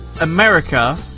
America